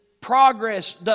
progress